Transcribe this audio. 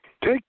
Take